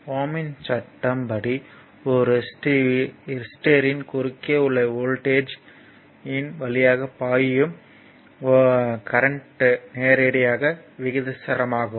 ஓம் இன் சட்டம் ohm's law படி ஒரு ரெசிஸ்டர்யின் குறுக்கே உள்ள வோல்ட்டேஜ் ரெசிஸ்டர்யின் வழியாக பாயும் கரண்ட்க்கு நேரடியாக விகிதாசாரமாகும்